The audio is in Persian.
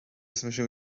اسمشو